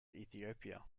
ethiopia